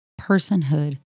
personhood